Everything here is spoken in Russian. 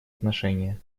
отношения